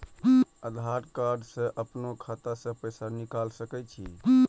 आधार कार्ड से अपनो खाता से पैसा निकाल सके छी?